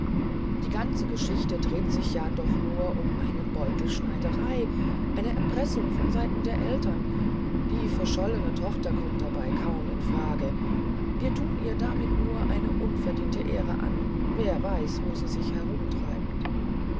die ganze geschichte dreht sich ja doch nur um eine beutelschneiderei eine erpressung von seiten der eltern die verschollene tochter kommt dabei kaum in frage wir thun ihr damit nur eine unverdiente ehre an wer weiß wo sie sich herumtreibt